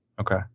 Okay